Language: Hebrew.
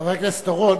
חבר הכנסת אורון,